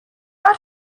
part